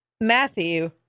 matthew